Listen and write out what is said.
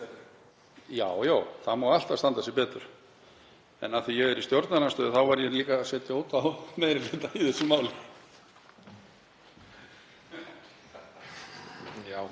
Já, það má alltaf standa sig betur. En af því að ég er í stjórnarandstöðu verð ég líka að setja út á meiri hlutann í þessu máli.